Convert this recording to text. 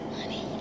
Honey